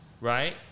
Right